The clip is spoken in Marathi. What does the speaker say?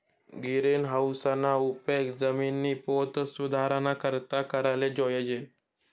गिरीनहाऊसना उपेग जिमिननी पोत सुधाराना करता कराले जोयजे